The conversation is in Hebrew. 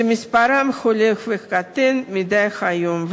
שמספרם הולך וקטן מדי יום,